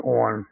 on